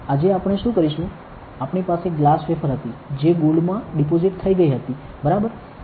આજે આપણે શું કરીશું આપણી પાસે ગ્લાસ વેફર હતી જે ગોલ્ડ માં ડિપોઝિટ થઈ ગઈ હતી બરાબર